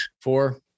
four